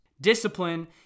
Discipline